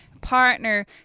partner